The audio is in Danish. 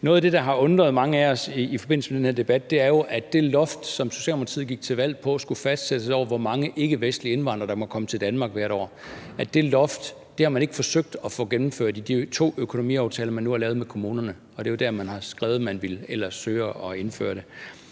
Noget af det, der har undret mange af os i forbindelse med den her debat, er jo, at det loft, som Socialdemokratiet gik til valg på skulle fastsættes over, hvor mange ikkevestlige indvandrere der måtte komme til Danmark hvert år, har man ikke forsøgt at få gennemført i de to økonomiaftaler, man nu har lavet med kommunerne, og det er jo der, man ellers har skrevet at man ville søge at indføre det.